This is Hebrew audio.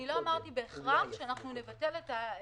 לא אמרתי בהכרח שאנחנו נבטל את זה,